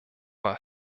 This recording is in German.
war